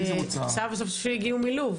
סבא וסבתא שלי הגיעו מלוב.